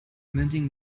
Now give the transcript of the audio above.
mending